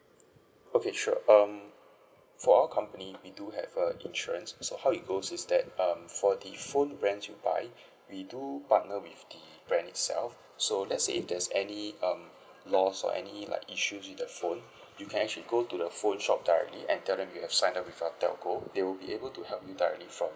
okay sure um for all company we do have a insurance so how it goes is that um for the phone range you buy we do partner with the brand itself so let's say if there's any um lost or any like issues with the phone you can actually go to the phone shop directly and tell them you have signed up with the telco they would be able to help you directly from